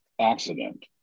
accident